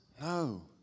No